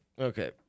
Okay